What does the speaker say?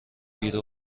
گیر